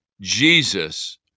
Jesus